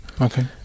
okay